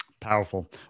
powerful